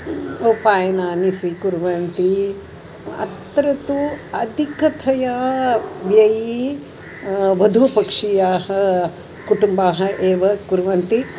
उपायनानि स्वीकुर्वन्ति अत्र तु अधिकतया व्ययः वधुपक्षीयाः कुटुम्बाः एव कुर्वन्ति